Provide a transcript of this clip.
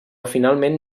finalment